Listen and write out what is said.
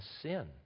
sin